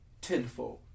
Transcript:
tenfold